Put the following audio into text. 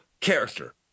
character